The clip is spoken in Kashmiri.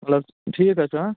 وَلہٕ حظ ٹھیٖک حظ چھُ